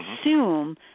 assume